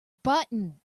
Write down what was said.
button